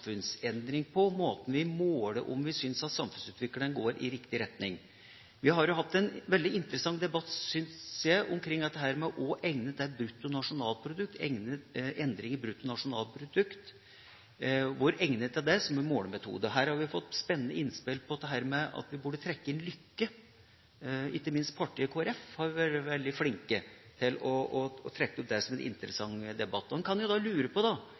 har jo hatt en veldig interessant debatt, syns jeg, omkring hvor egnet endringer i bruttonasjonalproduktet er som målemetode. Her har vi fått spennende innspill på at vi burde trekke inn lykke – ikke minst Kristelig Folkeparti har vært veldig flinke til å trekke opp det som en interessant debatt. En kan jo da lure på